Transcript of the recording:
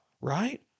right